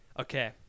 Okay